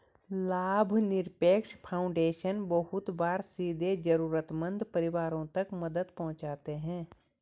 लाभनिरपेक्ष फाउन्डेशन बहुत बार सीधे जरूरतमन्द परिवारों तक मदद पहुंचाते हैं